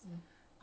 mm